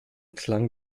klang